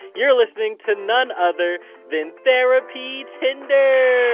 you're listening to none other than therapy tinder!